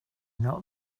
not